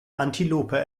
antilope